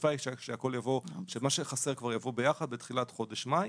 השאיפה היא שמה שחסר כבר יבוא ביחד בתחילת חודש מאי.